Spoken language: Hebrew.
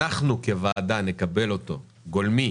אנחנו כוועדה נקבל אותו גולמי